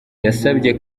yasabye